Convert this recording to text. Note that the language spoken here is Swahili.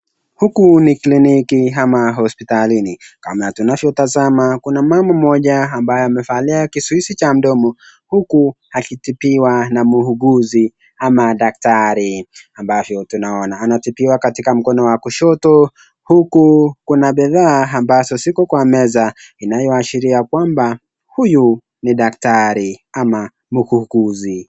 huku ni kliniki ama hosipitalini kama tunapotazama kuna mama moja ambaye amevalia kizuizi cha mdomo huku akitibiwa na muuguzi ama dakitari ambavyo tunaona anatibiwa katika mkono wa kushoto huku kuna bidhaa ziko kwa meza inayoashiria kwamba huyu ni dakitari ama muuguzi.